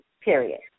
period